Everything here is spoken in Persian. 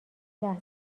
لحظه